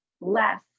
less